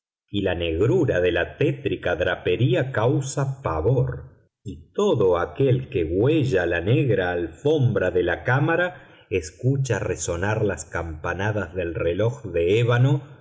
y la negrura de la tétrica drapería causa pavor y todo aquel que huella la negra alfombra de la cámara escucha resonar las campanadas del reloj de ébano